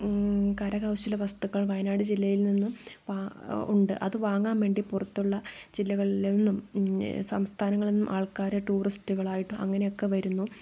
കരകൗശല വസ്തുക്കൾ വയനാട് ജില്ലയിൽ നിന്നും പ ഉണ്ട് അത് വാങ്ങാൻ വേണ്ടി പുറത്തുള്ള ജില്ലകളിൽ നിന്നും സംസ്ഥാനങ്ങളിൽ നിന്നും ആൾക്കാർ ടൂറിസ്റ്റുകളായിട്ടും അങ്ങനെയൊക്കെ വരുന്നു